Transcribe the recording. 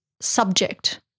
subject